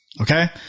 okay